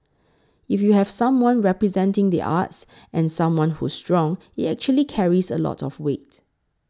if you have someone representing the arts and someone who's strong it actually carries a lot of weight